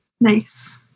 Nice